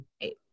eight